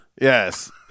Yes